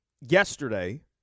yesterday